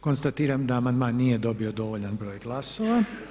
Konstatiram da amandman nije dobio dovoljan broj glasova.